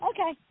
Okay